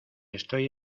estoy